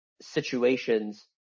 situations